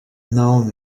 known